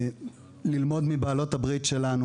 ללמוד מבעלות הברית שלנו,